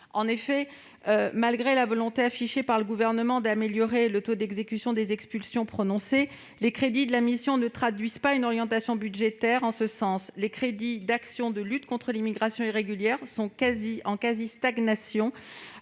En effet, malgré la volonté affichée par le Gouvernement d'améliorer le taux d'exécution des expulsions prononcées, les crédits de la mission ne traduisent pas une orientation budgétaire en ce sens. Les crédits de l'action n° 03, Lutte contre l'immigration irrégulière, sont en quasi-stagnation,